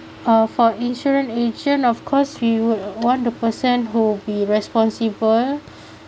uh for insurance agent of course we would want the person who be responsible